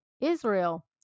israel